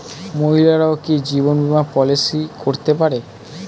মহিলারাও কি জীবন বীমা পলিসি করতে পারে?